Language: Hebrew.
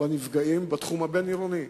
בנפגעים בתחום הבין-עירוני.